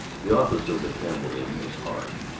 the office of the campbell inn was hard,